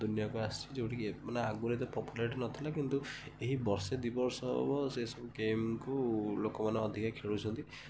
ଦୁନିଆକୁ ଆସିଛି ଯେଉଁଠି କି ମାନେ ଆଗରୁ ଏତେ ପପୁଲାରିଟି ନଥିଲା କିନ୍ତୁ ଏହି ବର୍ଷେ ଦୁଇ ବର୍ଷ ହବ ସେ ସବୁ ଗେମ୍କୁ ଲୋକମାନେ ଅଧିକା ଖେଳୁଛନ୍ତି